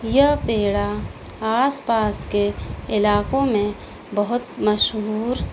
یہ پیڑا آس پاس کے علاقوں میں بہت مشہور